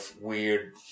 weird